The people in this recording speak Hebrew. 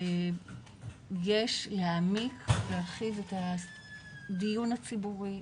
יש להעמיק ולהרחיב את הדיון הציבורי,